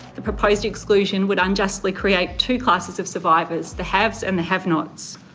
the proposed exclusion would unjustly create two classes of survivors the haves and the have-nots.